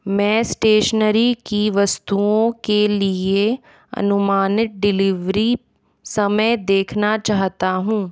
मैं स्टेशनरी की वस्तुओं के लिए अनुमानित डिलिवरी समय देखना चाहता हूँ